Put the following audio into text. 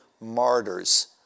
martyrs